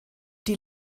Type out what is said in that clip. die